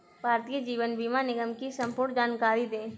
भारतीय जीवन बीमा निगम की संपूर्ण जानकारी दें?